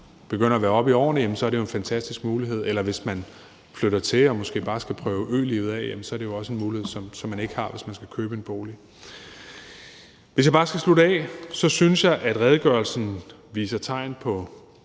begynder at være oppe i årene, er det jo en fantastisk mulighed, eller hvis man flytter til og måske bare skal prøve ølivet af, er det jo også en mulighed, som man ikke har, hvis man skal købe en bolig. Kl. 16:58 Hvis jeg bare skal slutte af, synes jeg, at redegørelsen viser tegn på